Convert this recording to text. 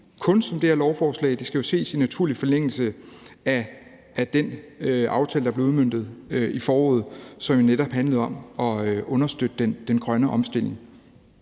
til det her lovforslag. Det skal ses i naturlig forlængelse af den aftale, der blev udmøntet i foråret, og som jo netop handlede om at understøtte den grønne omstilling.